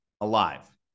alive